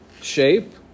shape